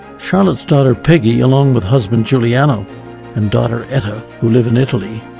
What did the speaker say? charlotte's daughter peggy along with husband giuliano and daughter etha, who live in italy,